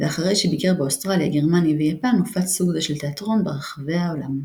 ואחרי שביקר באוסטרליה גרמניה ויפן הופץ סוג זה של תיאטרון ברחבי העולם.